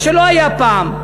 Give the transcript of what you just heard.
מה שלא היה פעם.